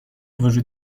وجود